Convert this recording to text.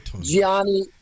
Gianni